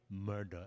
murder